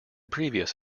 previous